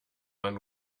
man